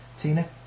Tina